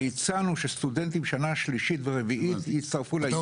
והצענו שסטודנטים שנה שלישית ורביעית יצטרפו לעניין הזה.